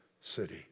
city